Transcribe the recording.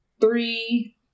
three